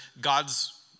God's